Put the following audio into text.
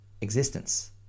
existence